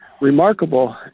remarkable